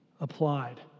applied